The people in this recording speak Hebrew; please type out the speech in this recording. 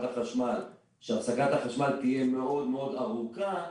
החשמל שהפסקת החשמל תהיה מאוד מאוד ארוכה,